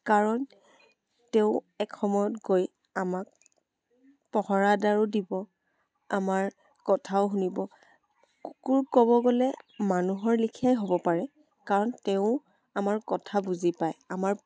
কাৰণ তেওঁ এসময়ত গৈ আমাক পহৰাদাৰো দিব আমাৰ কথাও শুনিব কুকুৰ ক'ব গ'লে মানুহৰ লেখীয়াই হ'ব পাৰে কাৰণ তেওঁ আমাৰ কথা বুজি পায় আমাৰ